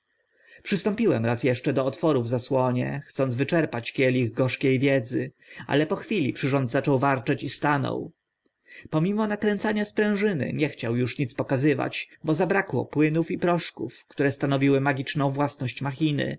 przystąpiłem raz eszcze do otworu w zasłonie chcąc wyczerpać kielich gorzkie wiedzy ale po chwili przyrząd zaczął warczeć i stanął pomimo nakręcania sprężyny nie chciał uż nic pokazywać bo zabrakło płynów i proszków które stanowiły magiczną własność machiny